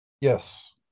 Yes